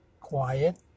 quiet